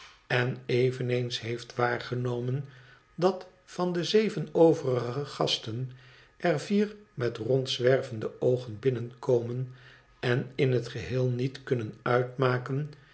en eveneens heeft waargenomen dat van de zeven overige gasten er vier met rondzwervende oogen binnenkomen en in het geheel niet kunnen uitmaken